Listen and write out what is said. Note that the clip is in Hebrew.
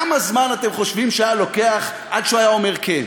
כמה זמן אתם חושבים שהיה לוקח עד שהוא היה אומר כן?